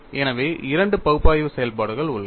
எனவே இரண்டு பகுப்பாய்வு செயல்பாடுகள் உள்ளன